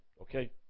Okay